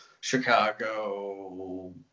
Chicago